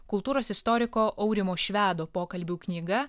kultūros istoriko aurimo švedo pokalbių knyga